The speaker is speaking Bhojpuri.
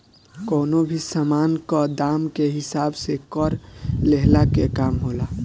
कवनो भी सामान कअ दाम के हिसाब से कर लेहला के काम होला